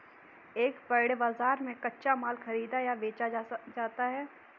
एक पण्य बाजार में कच्चा माल खरीदा या बेचा जाता है